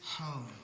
home